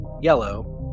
yellow